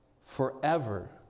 forever